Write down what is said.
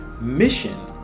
Mission